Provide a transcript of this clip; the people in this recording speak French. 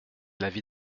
l’avis